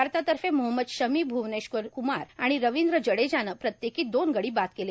भारतातर्फे मोहम्मद शमी भूवनेश्वर कुमार आणि रविंद्र जडेजानं प्रत्येकी दोन गडी बाद केले